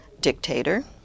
dictator